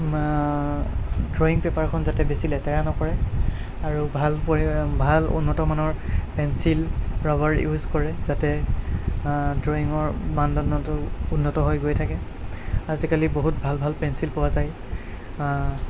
drawing পপাৰখন যাতে বেছি লেতেৰা নকৰে আৰু ভাল পৰি ভাল উন্নতমানৰ পেঞ্চিল ৰবাৰ ইউচ কৰে যাতে ড্ৰয়িঙৰ মানদণ্ডটো উন্নত হৈ গৈ থাকে আজিকালি বহুত ভাল ভাল পেঞ্চিল পোৱা যায়